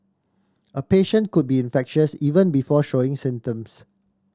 a patient could be infectious even before showing symptoms